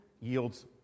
yields